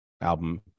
album